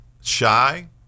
shy